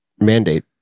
mandate